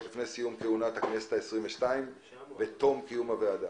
לפני סיום כהונת הכנסת ה-22 ותום כהונת הוועדה.